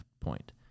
point